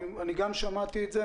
אני גם שמעתי את זה,